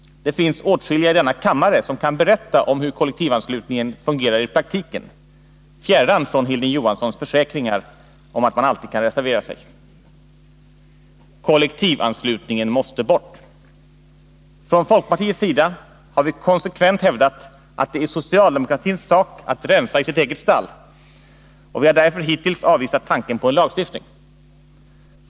Det finns åtskilliga i denna kammare som kan berätta om hur kollektivanslutningen fungerar i praktiken — fjärran från Hilding Johanssons försäkringar om att man alltid kan reservera sig. Kollektivanslutningen måste bort. Från folkpartiets sida har vi konsekvent hävdat att det är socialdemokratins sak att rensa i sitt eget stall, och vi har därför hittills avvisat tanken på lagstiftning.